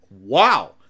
Wow